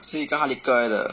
是一个 hard liquor 来的